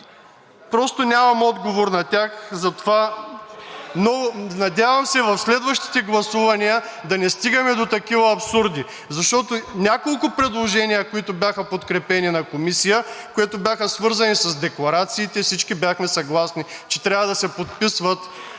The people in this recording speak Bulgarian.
просто нямам отговор на тях, но се надявам в следващите гласувания да не стигаме до такива абсурди, защото няколко предложения, които бяха подкрепени в Комисията, които бяха свързани с декларациите и всички бяхме съгласни, че трябва да се подписват